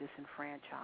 disenfranchised